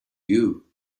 you